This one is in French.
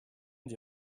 d’y